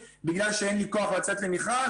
בגלל שאין לי כוח לצאת למכרז.